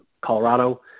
Colorado